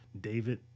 David